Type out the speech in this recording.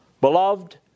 Beloved